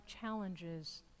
challenges